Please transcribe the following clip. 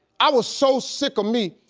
i was so sick of me,